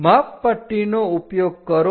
માપપટ્ટીનો ઉપયોગ કરો